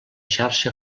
xarxa